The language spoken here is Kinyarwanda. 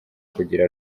kugira